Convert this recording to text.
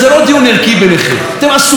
אתם עסוקים רק בדבר אחד,